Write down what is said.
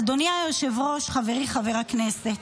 אדוני היושב-ראש, חברי חבר הכנסת,